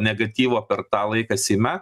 negatyvo per tą laiką seime